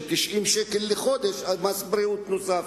90 שקל בחודש מס בריאות נוסף,